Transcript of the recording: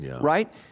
right